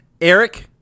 Eric